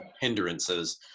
hindrances